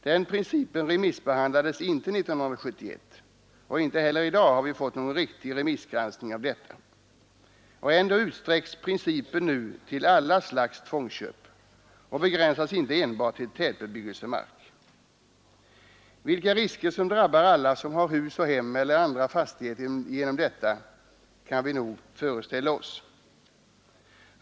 Den principen remissbehandlades inte 1971. Inte heller nu har vi fått någon riktig remissgranskning av detta. Ändå utsträcks principen nu till alla slags tvångsköp och begränsas inte enbart till tätbebyggelsemark. De risker som drabbar alla som har hus och hem eller andra fastigheter genom detta, kan vi nog föreställa oss.